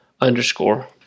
underscore